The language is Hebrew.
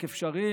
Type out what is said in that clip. לא רק אפשריים,